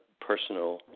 personal